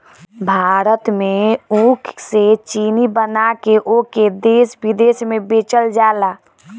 भारत में ऊख से चीनी बना के ओके देस बिदेस में बेचल जाला